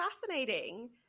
fascinating